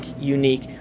unique